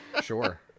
Sure